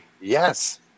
Yes